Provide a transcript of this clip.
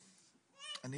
מי נגד?